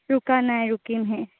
ৰোকা নাই ৰুকিমহে